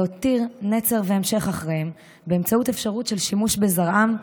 להותיר נצר והמשך אחריהם באמצעות אפשרות שימוש בזרעם,